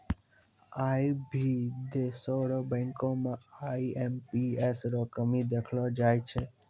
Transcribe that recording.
आई भी देशो र बैंको म आई.एम.पी.एस रो कमी देखलो जाय छै